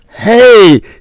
Hey